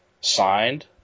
signed